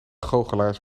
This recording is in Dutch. goochelaars